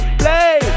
play